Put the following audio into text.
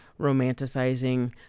romanticizing